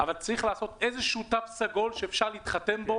אבל צריך עשות איזשהו תו סגול שבו אפשר להתחתן,